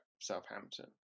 Southampton